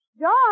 John